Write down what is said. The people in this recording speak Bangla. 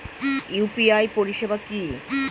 ইউ.পি.আই পরিষেবা কি?